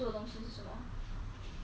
ha 我最想做的东西 ah